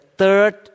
third